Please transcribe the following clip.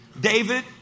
David